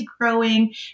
growing